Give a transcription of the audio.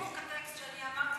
זה בדיוק הטקסט שאני אמרתי